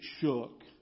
shook